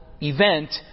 event